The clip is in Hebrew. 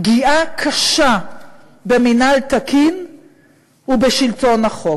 פגיעה קשה במינהל תקין ובשלטון החוק.